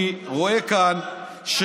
אני רואה כאן,